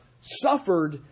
suffered